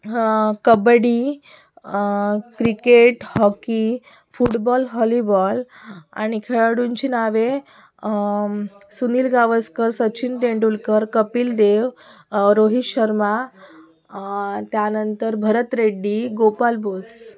हां kabaddi cricket hockey football volleyball आणि खेळाडूंची नावे सुनील गावसकर सचिन तेंडुलकर कपिल देव रोहित शर्मा त्यानंतर भरत रेड्डी गोपाल बोस